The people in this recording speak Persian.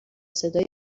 صدای